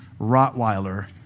Rottweiler